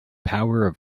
power